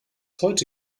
heute